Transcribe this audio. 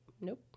nope